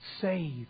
save